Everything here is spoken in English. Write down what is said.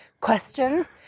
questions